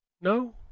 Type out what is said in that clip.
No